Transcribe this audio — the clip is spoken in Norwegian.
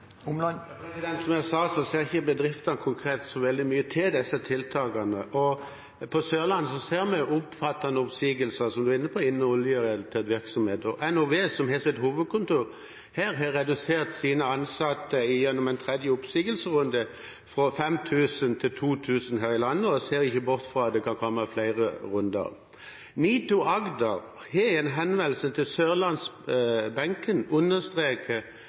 Som jeg sa, ser ikke bedriftene konkret så veldig mye til disse tiltakene. På Sørlandet ser vi omfattende oppsigelser, som statsråden var inne på, innen oljerelatert virksomhet. NOV, som har sitt hovedkontor her, har redusert antallet ansatte gjennom en tredje oppsigelsesrunde fra 5 000 til 2 000 her i landet, og ser ikke bort fra at det kan komme flere runder. NITO Agder har i en henvendelse til sørlandsbenken understreket